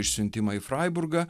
išsiuntimą į fraiburgą